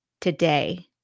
today